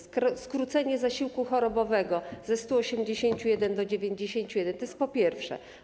Skrócenie zasiłku chorobowego ze 181 dni do 91 to jest po pierwsze.